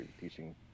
teaching